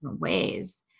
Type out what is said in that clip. ways